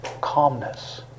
calmness